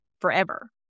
forever